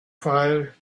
fire